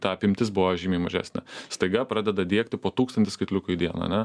ta apimtis buvo žymiai mažesnė staiga pradeda diegti po tūkstantį skaitliukų į dieną ane